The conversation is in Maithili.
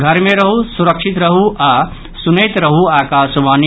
घर मे रहू सुरक्षित रहू आ सुनैत रहू आकाशवाणी